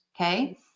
okay